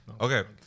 Okay